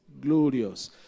glorious